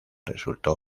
resultó